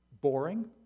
boring